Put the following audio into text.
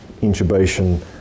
intubation